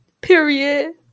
period